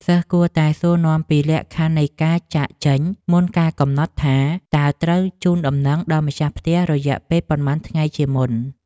សិស្សគួរតែសួរនាំពីលក្ខខណ្ឌនៃការចាកចេញមុនកាលកំណត់ថា តើត្រូវជូនដំណឹងដល់ម្ចាស់ផ្ទះរយៈពេលប៉ុន្មានថ្ងៃជាមុន។